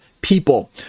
people